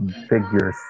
figure